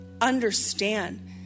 understand